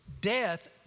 Death